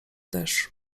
też